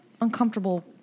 uncomfortable